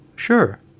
Sure